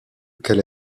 qu’elle